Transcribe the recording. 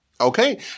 Okay